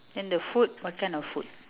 then the food what kind of food